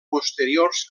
posteriors